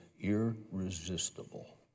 irresistible